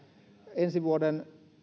ensi vuoden